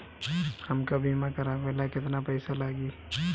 हमका बीमा करावे ला केतना पईसा लागी?